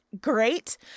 great